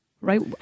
right